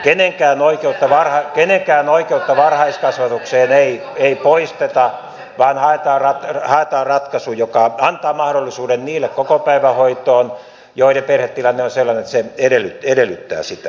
kenenkään oikeutta varhaiskasvatukseen ei poisteta vaan haetaan ratkaisu joka antaa mahdollisuuden kokopäivähoitoon niille joiden perhetilanne on sellainen että se edellyttää sitä